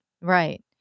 Right